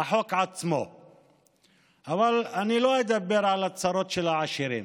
שדרסו ועיוותו חוקי-יסוד כדי להבטיח לעצמם עוד ועוד ממנעמי השלטון: